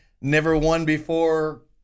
never-won-before